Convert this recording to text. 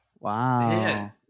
Wow